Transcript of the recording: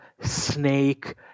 snake